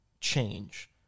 change